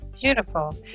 beautiful